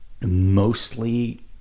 mostly